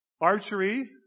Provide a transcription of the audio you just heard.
Archery